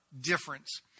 difference